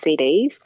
CDs